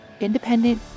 independent